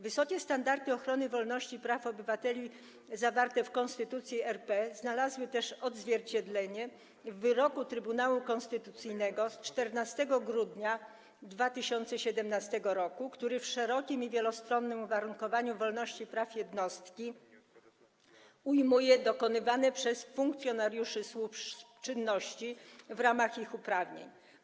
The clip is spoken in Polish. Wysokie standardy ochrony wolności i praw obywateli zawarte w Konstytucji RP znalazły też odzwierciedlenie w wyroku Trybunału Konstytucyjnego z 14 grudnia 2017 r., który w szerokim i wielostronnym uwarunkowaniu wolności i praw jednostki ujmuje dokonywane przez funkcjonariuszy służb czynności w ramach ich uprawnień.